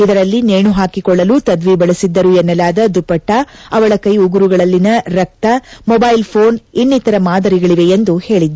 ಇದರಲ್ಲಿ ನೇಣು ಹಾಕಿಕೊಳ್ಳಲು ತದ್ವಿ ಬಳಸಿದ್ದರು ಎನ್ನಲಾದ ದುಪ್ಪಟ್ಟಾ ಅವಳ ಕೈ ಉಗುರುಗಳಲ್ಲಿನ ರಕ್ತ ಮೊಬೈಲ್ ಘೋನ್ ಇನ್ನಿತರ ಮಾದರಿಗಳಿವೆ ಎಂದು ಹೇಳಿದ್ದಾರೆ